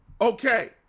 Okay